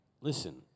Listen